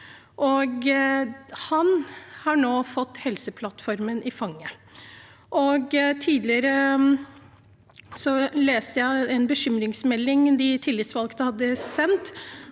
han har nå fått Helseplattformen i fanget. Tidligere leste jeg en bekymringsmelding de tillitsvalgte hadde sendt,